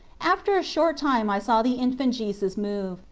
after a short time i saw the in fant jesus move,